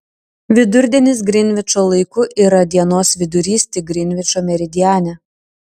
vidurdienis grinvičo laiku yra dienos vidurys tik grinvičo meridiane